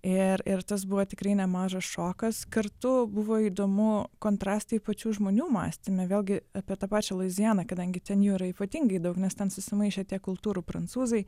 ir ir tas buvo tikrai nemažas šokas kartu buvo įdomu kontrastai pačių žmonių mąstyme vėlgi apie tą pačią luizianą kadangi ten jų yra ypatingai daug nes ten susimaišę tiek kultūrų prancūzai